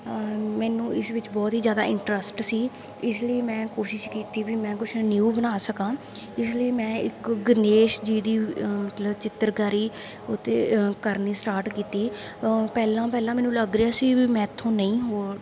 ਮੈਨੂੰ ਇਸ ਵਿੱਚ ਬਹੁਤ ਹੀ ਜ਼ਿਆਦਾ ਇਨਰਸਟ ਸੀ ਇਸ ਲਈ ਮੈਂ ਕੋਸ਼ਿਸ਼ ਕੀਤੀ ਵੀ ਮੈਂ ਕੁਛ ਨਿਊ ਬਣਾ ਸਕਾਂ ਇਸ ਲਈ ਮੈਂ ਇੱਕ ਗਣੇਸ਼ ਜੀ ਦੀ ਮਤਲਬ ਚਿੱਤਰਕਾਰੀ ਉੱਤੇ ਕਰਨੀ ਸਟਾਟ ਕੀਤੀ ਪਹਿਲਾਂ ਪਹਿਲਾਂ ਮੈਨੂੰ ਲੱਗ ਰਿਹਾ ਸੀ ਵੀ ਮੇਰੇ ਤੋਂ ਨਹੀਂ ਹੋ